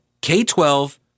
K-12